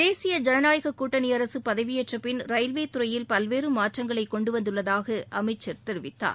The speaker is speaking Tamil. தேசிய ஜனநாயக கூட்டணி அரசு பதவியேற்ற பின் ரயில்வே துறையில் பல்வேறு மாற்றங்களை கொண்டுவந்துள்ளதாக அமைச்சர் தெரிவித்தார்